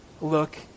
Look